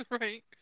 Right